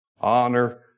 honor